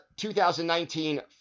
2019